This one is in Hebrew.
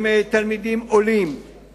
עם תלמידים עולים,